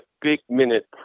big-minute